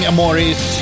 Amores